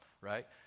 right